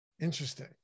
Interesting